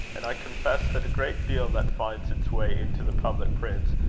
and i confess that a great deal that finds its way into the public prints,